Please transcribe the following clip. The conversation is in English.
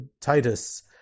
Titus